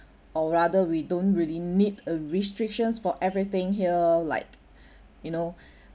or rather we don't really need a restrictions for everything here like you know